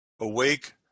Awake